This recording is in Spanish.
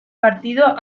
partido